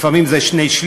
לפעמים זה שני-שלישים,